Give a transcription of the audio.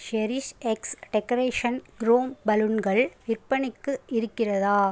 cherish X decoration chrome பலூன்கள் விற்பனைக்கு இருக்கிறதா